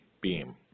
beam